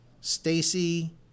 Stacey